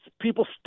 people